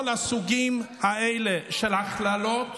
צריך לעצור את הכול, כל הסוגים האלה של הכללות